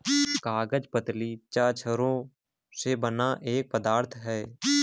कागज पतली चद्दरों से बना एक पदार्थ है